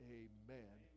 amen